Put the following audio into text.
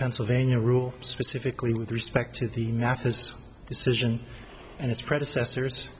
pennsylvania rule specifically with respect to the mathis decision and its predecessors